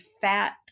fat